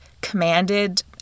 commanded